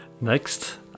Next